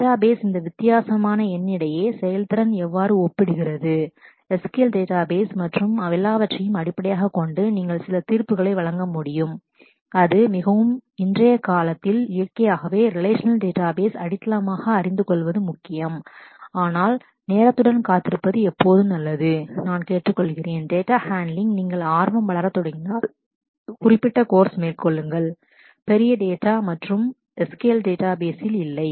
database databases இந்த வித்தியாசமான எண் இடையே செயல்திறன் எவ்வாறு ஒப்பிடுகிறது SQL டேட்டாபேஸ் databases மற்றும் எல்லாவற்றையும் அடிப்படையாகக் கொண்டு நீங்கள் சில தீர்ப்புகளை வழங்க முடியும் அது மிகவும் இன்றைய காலத்தில் இயற்கையாகவே ரிலேஷநல் டேட்டாபேஸ் relational databases அடித்தளமாக அறிந்து கொள்வது முக்கியம் ஆனால் நேரத்துடன் காத்திருப்பது எப்போதும் நல்லது நான் கேட்டுக்கொள்கிறேன் டேட்டா ஹண்ட்லிங் நீங்கள் ஆர்வம் வளரத் தொடங்கினால் குறிப்பிட்ட கோர்ஸ் மேற்கொள்ளுங்கள் பெரிய டேட்டா மற்றும் SQL databases டேட்டாபேசில் இல்லை